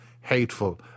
hateful